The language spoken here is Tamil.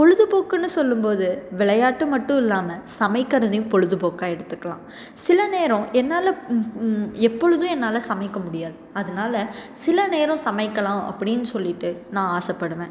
பொழுதுபோக்குனு சொல்லும் போது விளையாட்டு மட்டுயில்லாமல் சமைக்கிறதையும் பொழுது போக்காக எடுத்துக்கலாம் சில நேரம் என்னால் எப்பொழுதும் என்னால் சமைக்க முடியாது அதனால் சில நேரம் சமைக்கலாம் அப்படின்னு சொல்லிட்டு நான் ஆசைப்படுவேன்